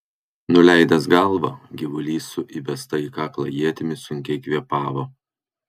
nuleidęs galvą gyvulys su įbesta į kaklą ietimi sunkiai kvėpavo